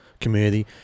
community